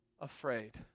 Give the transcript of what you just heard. afraid